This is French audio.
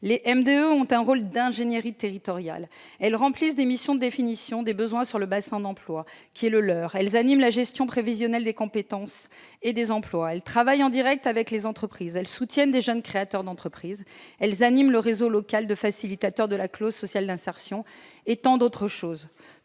elles ont un rôle d'ingénierie territoriale ; elles remplissent des missions de définition des besoins sur le bassin d'emploi qui est le leur ; elles animent la gestion prévisionnelle des emplois et des compétences ; elles travaillent en direct avec les entreprises ; elles soutiennent de jeunes créateurs d'entreprise ; elles animent aussi le réseau local de facilitateurs de la clause sociale d'insertion, et tant d'autres choses